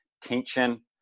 tension